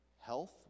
health